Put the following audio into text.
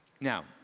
Now